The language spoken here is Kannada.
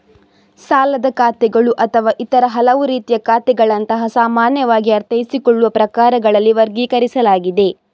ಸಾಲದ ಖಾತೆಗಳು ಅಥವಾ ಇತರ ಹಲವು ರೀತಿಯ ಖಾತೆಗಳಂತಹ ಸಾಮಾನ್ಯವಾಗಿ ಅರ್ಥೈಸಿಕೊಳ್ಳುವ ಪ್ರಕಾರಗಳಲ್ಲಿ ವರ್ಗೀಕರಿಸಲಾಗಿದೆ